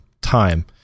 time